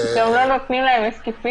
גם לא נותנים להם לשתות?